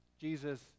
Jesus